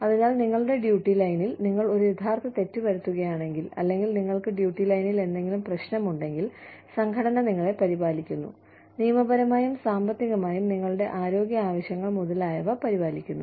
അതിനാൽ നിങ്ങളുടെ ഡ്യൂട്ടി ലൈനിൽ നിങ്ങൾ ഒരു യഥാർത്ഥ തെറ്റ് വരുത്തുകയാണെങ്കിൽ അല്ലെങ്കിൽ നിങ്ങൾക്ക് ഡ്യൂട്ടി ലൈനിൽ എന്തെങ്കിലും പ്രശ്നമുണ്ടെങ്കിൽ സംഘടന നിങ്ങളെ പരിപാലിക്കുന്നു നിയമപരമായും സാമ്പത്തികമായും നിങ്ങളുടെ ആരോഗ്യ ആവശ്യങ്ങൾ മുതലായവ പരിപാലിക്കുന്നു